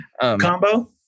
combo